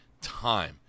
time